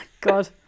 god